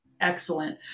excellent